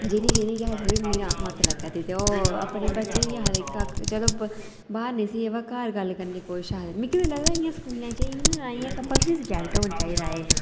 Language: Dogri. जिनें जिनें गी थोह्ड़ी मत्त लग्गा दी ते ओह् अपने बच्चें गी केह् आखदे कि चलो बाह्र निं पर घर गल्ल करनी कोई शैल ते मिगी बी लगदा स्कूलें च एह् कम्पलसरी सब्जैक्ट होना चाहिदा एह्